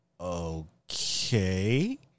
Okay